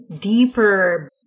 deeper